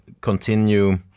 continue